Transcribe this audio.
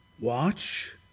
watch